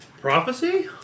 prophecy